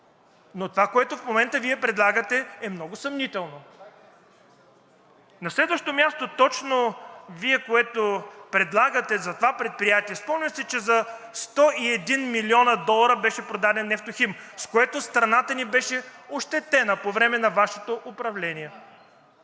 но това, което в момента Вие предлагате, е много съмнително. На следващо място, точно, което Вие предлагате за това предприятие, спомням си, че за 101 млн. долара беше продаден „Нефтохим“, с което страната ни беше ощетена по време на Вашето управление.